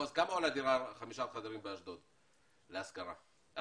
כמה עולה דירת 5 חדרים באשדוד להשכרה, אדוני?